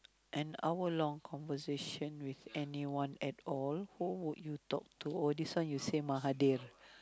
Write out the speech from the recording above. an hour long conversation with anyone at all who would you talk to oh this one you same Mahathir